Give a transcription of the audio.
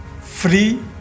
free